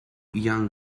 young